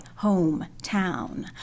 hometown